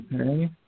Okay